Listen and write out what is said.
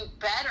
better